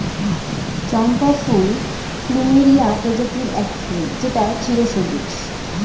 চম্পা ফুল প্লুমেরিয়া প্রজাতির এক ফুল যেটা চিরসবুজ